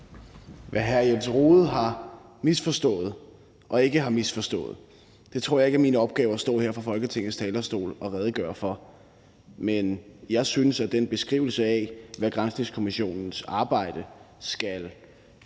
Hvad hr. Jens Rohde har misforstået og ikke har misforstået, tror jeg ikke er min opgave at stå her fra Folketingets talerstol og redegøre for. Men jeg synes, at hr. Jens Rohdes beskrivelse af, hvad granskningskommissionens arbejde skal